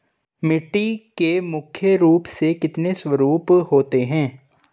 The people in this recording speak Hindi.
मिट्टी के मुख्य रूप से कितने स्वरूप होते हैं?